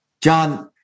John